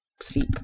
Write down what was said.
sleep